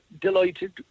delighted